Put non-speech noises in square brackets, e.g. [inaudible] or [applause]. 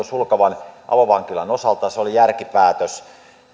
[unintelligible] sulkavan avovankilan osalta se oli järkipäätös